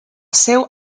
seu